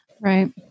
right